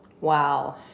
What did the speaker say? Wow